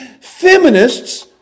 feminists